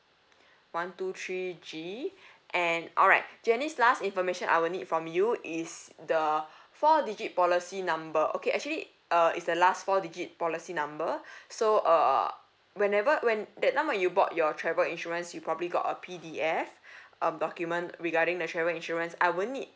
one two three G and alright janice last information I will need from you is the four digit policy number okay actually uh is the last four digit policy number so uh whenever when that time when you bought your travel insurance you probably got a P_D_F um document regarding the travel insurance I won't need